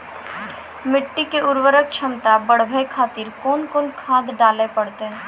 मिट्टी के उर्वरक छमता बढबय खातिर कोंन कोंन खाद डाले परतै?